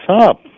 up